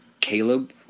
Caleb